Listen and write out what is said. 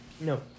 No